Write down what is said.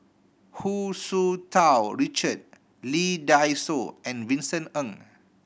Hu Tsu Tau Richard Lee Dai Soh and Vincent Ng